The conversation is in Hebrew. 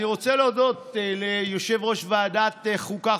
אני רוצה להודות ליושב-ראש ועדת החוקה,